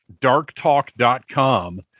darktalk.com